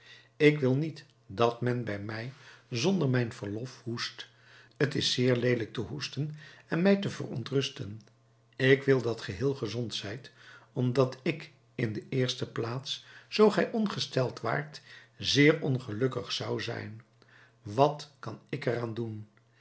ik wil niet dat men bij mij zonder mijn verlof hoest t is zeer leelijk te hoesten en mij te verontrusten ik wil dat ge heel gezond zijt omdat ik in de eerste plaats zoo gij ongesteld waart zeer ongelukkig zou zijn wat kan ik er aan doen